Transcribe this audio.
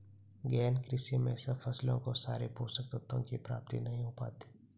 गहन कृषि में सब फसलों को सारे पोषक तत्वों की प्राप्ति नहीं हो पाती